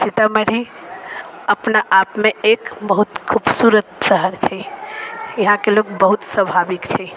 सीतामढ़ी अपना आपमे एक बहुत खूबसूरत शहर छै यहाँके लोग बहुत स्वाभाविक छै